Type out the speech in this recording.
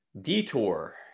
detour